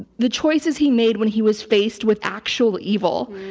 the choices he made when he was faced with actual evil.